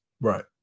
Right